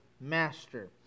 Master